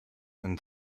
and